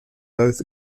both